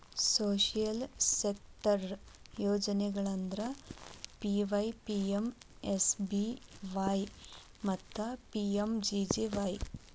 social sector ಯೋಜನೆಗಳಂದ್ರ PYPMSBY ಮತ್ತ PMJJY